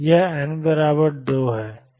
यह n 2 है